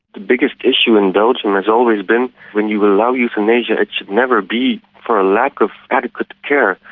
the biggest issue in belgium has always been when you allow euthanasia it should never be for a lack of adequate care.